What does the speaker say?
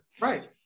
Right